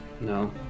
No